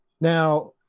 Now